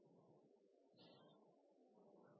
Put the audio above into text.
å gå på